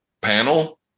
panel